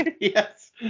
yes